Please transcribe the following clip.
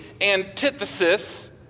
antithesis